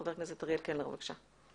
חבר הכנסת אריאל קלנר, בבקשה.